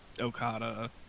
Okada